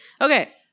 Okay